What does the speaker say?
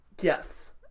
Yes